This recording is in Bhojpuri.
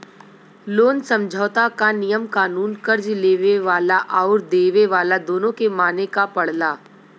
लोन समझौता क नियम कानून कर्ज़ लेवे वाला आउर देवे वाला दोनों के माने क पड़ला